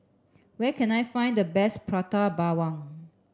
where can I find the best Prata Bawang